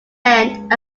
end